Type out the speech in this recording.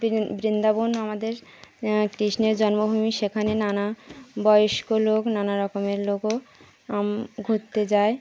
বৃন্দাবন আমাদের কৃষ্ণের জন্মভূমি সেখানে নানা বয়স্ক লোক নানা রকমের লোকও ঘুরতে যায়